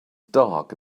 dark